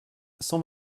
cent